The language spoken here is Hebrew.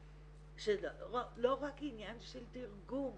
שהיא לא רק עניין של תרגום